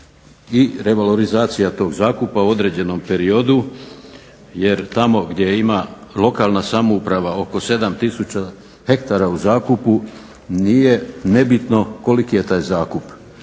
i revalorizacija tog zakupa u određenom periodu jer tamo gdje ima lokalna samouprava oko 7000 hektara u zakupu nije nebitno koliki je taj zakup.